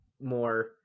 more